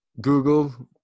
Google